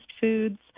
foods